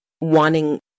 wanting